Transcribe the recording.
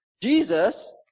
Jesus